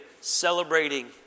celebrating